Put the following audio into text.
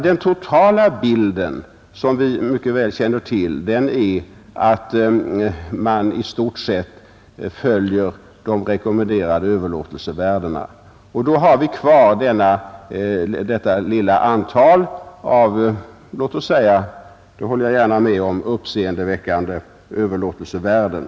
Den totala bilden, som vi väl känner till, är emellertid att man i stort sett följer de rekommenderade överlåtelsevärdena, och då har vi kvar detta lilla antal av — det häller jag gärna med om — uppseendeväckande överlåtelsevärden.